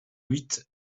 huit